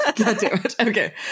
Okay